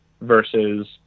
versus